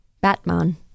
Batman